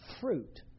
fruit